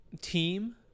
team